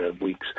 weeks